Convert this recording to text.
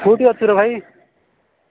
କୋଉଠି ଅଛୁରେ ଭାଇ